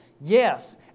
Yes